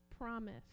promise